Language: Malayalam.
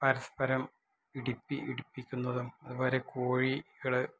പരസ്പരം ഇടിപ്പി ഇടിപ്പിക്കുന്നതും അതുപോലെ കോഴികൾ